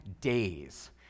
days